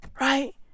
right